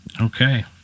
okay